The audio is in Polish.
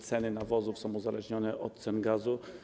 Ceny nawozów są uzależnione od cen gazu.